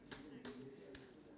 I'm not I'm not